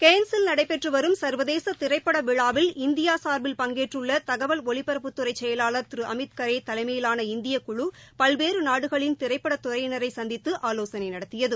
கேன்ஸில் நடைபெற்று வரும் சர்வதேச திரைப்பட விழாவில் இந்தியா சார்பில் பங்கேற்றுள்ள தகவல் ஒலிபரப்புத்துறை செயலாளர் திரு அமித்கரே தலைமையிலாள இந்திய குழு பல்வேறு நாடுகளின் திரைப்பட துறையினரை சந்தித்து ஆலோசனை நடத்தியது